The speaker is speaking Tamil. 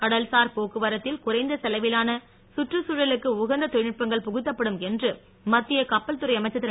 கடல்சா ர் போக்குவரத் தில் குறைந்த செலவிலான சுற்றுச் தழலுக்கு உகந்த தொ ழி ல் நுட்பங்கள் புகு த்தப் படும் என்று மத்திய கப்பல்துறை அமைச்சார் திரு